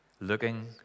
looking